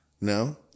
No